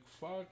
fuck